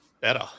better